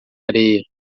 areia